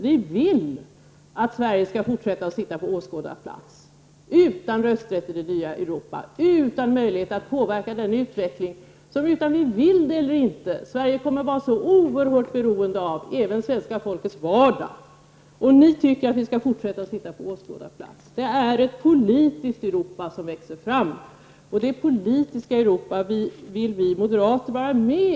Ni vill att Sverige skall fortsätta att sitta på åskådarplats utan rösträtt i det nya Europa, utan möjlighet att påverka den utveckling som, vare sig vi vill det eller inte, Sverige kommer att vara så oerhört beroende av, även i det svenska folkets vardag. Och ni tycker att Sverige skall fortsätta att sitta på åskådarplats! Det är ett politiskt Europa som växer fram, och detta Europa vill vi moderater delta i.